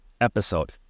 episode